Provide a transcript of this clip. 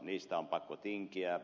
niistä on pakko tinkiä